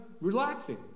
relaxing